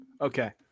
Okay